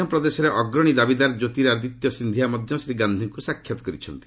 ମଧ୍ୟପ୍ରଦେଶରେ ଅଗ୍ରଣୀ ଦାବିଦାର କ୍ୟୋତିରାଦିତ୍ୟ ସିନ୍ଧିଆ ମଧ୍ୟ ଶ୍ରୀ ଗାନ୍ଧିଙ୍କୁ ସାକ୍ଷାତ କରିଛନ୍ତି